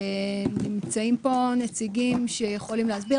נמצאים פה נציגים שיכולים להסביר.